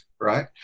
right